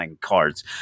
cards